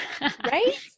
Right